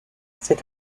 cet